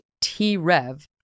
T-Rev